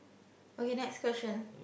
okay next question